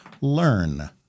learn